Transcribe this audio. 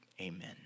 Amen